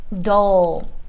dull